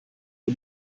wir